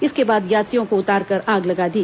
इसके बाद यात्रियों को उतारकर आग लगा दी